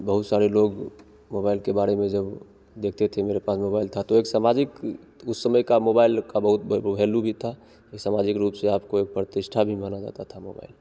बहुस सारे लोग मोबाइल के बारे में जब देखते थे मेरे पास मोबाइल था तो एक सामाजिक उस समय का मोबाइल का बहुत वैल्यू भी था ये सामाजिक रूप से आपको एक प्रतिष्ठा भी माना जाता था मोबाइल